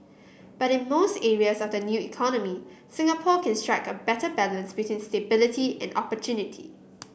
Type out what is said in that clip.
but in most areas of the new economy Singapore can strike a better balance between stability and opportunity